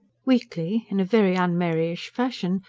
weakly, in a very un-maryish fashion,